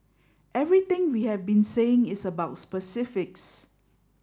everything we have been saying is about specifics